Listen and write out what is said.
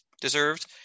deserved